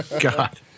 God